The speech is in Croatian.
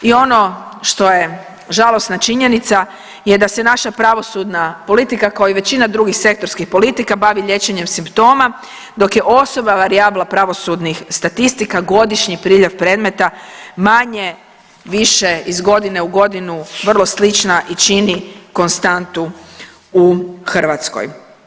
I ono što je žalosna činjenica je da se naša pravosudna politika kao i većina drugih sektorskih politika bavi liječenjem simptoma dok je … varijabla pravosudnih statistika godišnji priljev predmeta manje-više iz godine u godinu vrlo slična i čini konstantu u Hrvatskoj.